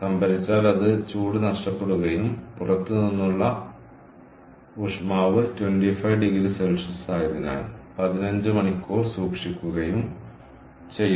സംഭരിച്ചാൽ അത് ചൂട് നഷ്ടപ്പെടുകയും പുറത്തുനിന്നുള്ള ഊഷ്മാവ് 25oC ആയതിനാൽ 15 മണിക്കൂർ സൂക്ഷിക്കുകയും ചെയ്യുന്നു